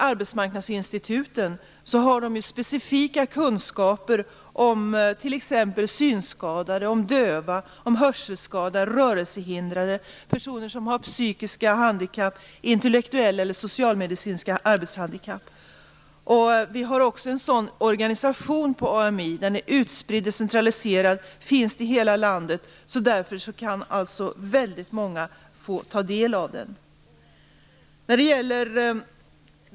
Arbetsmarknadsinstituten har specifika kunskaper om t.ex. synskadade, döva, hörselskadade, rörelsehindrade, personer med psykiska, intellektuella eller socialmedicinska arbetshandikapp. AMI:s organisation är utspridd och decentraliserad, finns i hela landet. Därför kan väldigt många få ta del av den.